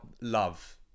love